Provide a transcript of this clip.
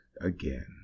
again